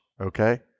Okay